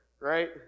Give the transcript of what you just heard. Right